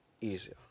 easier